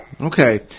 okay